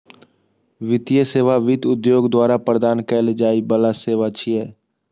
वित्तीय सेवा वित्त उद्योग द्वारा प्रदान कैल जाइ बला सेवा छियै